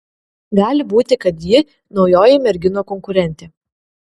gali būti kad ji naujoji merginų konkurentė